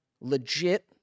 legit